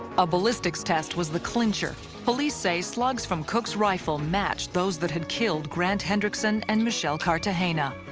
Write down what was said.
a ballistics test was the clincher. police say slug's from cooks rifle matched those that had killed grant hendrickson and michelle cartegena.